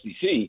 SEC